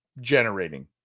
generating